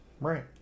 Right